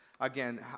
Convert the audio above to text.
again